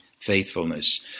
faithfulness